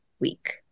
week